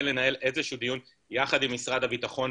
לנהל איזה שהוא דיון יחד עם משרד הביטחון,